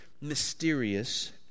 mysterious